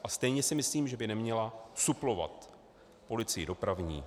A stejně si myslím, že by neměla suplovat policii dopravní.